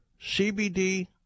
CBD